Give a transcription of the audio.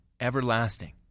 everlasting